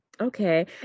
Okay